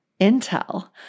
intel